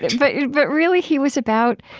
but yeah but really, he was about,